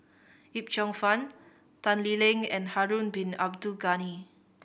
Yip Cheong Fun Tan Lee Leng and Harun Bin Abdul Ghani